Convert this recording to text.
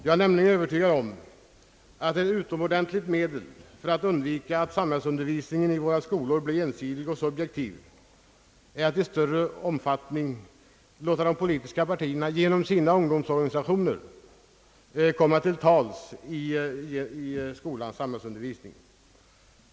Jag är nämligen övertygad om att ett utomordentligt medel att undvika att samhällsundervisningen vid våra skolor blir ensidig och subjektiv är att i större utsträckning låta de politiska partierna genom sina ungdomsorganisationer komma till tals i denna undervisning.